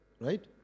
right